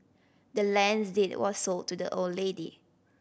the land's deed was sold to the old lady